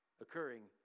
occurring